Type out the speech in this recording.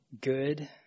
good